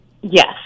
yes